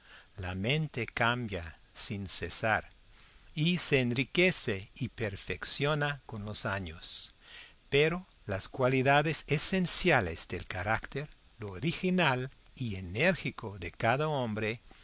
la mente cambia sin cesar y se enriquece y perfecciona con los años pero las cualidades esenciales del carácter lo original y enérgico de cada hombre